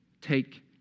take